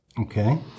Okay